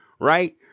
right